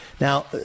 Now